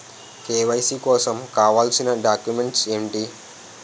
KYC కోసం కావాల్సిన documents ఎంటి?